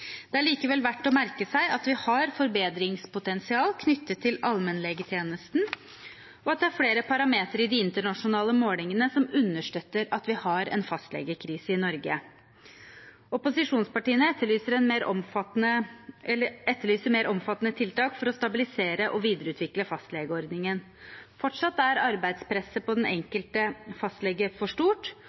Det er likevel verdt å merke seg at vi har et forbedringspotensial knyttet til allmennlegetjenesten, og at det er flere parametere i de internasjonale målingene som understøtter at vi har en fastlegekrise i Norge. Opposisjonspartiene etterlyser mer omfattende tiltak for å stabilisere og videreutvikle fastlegeordningen. Fortsatt er arbeidspresset på den enkelte fastlege for stort,